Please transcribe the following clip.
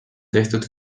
tehtud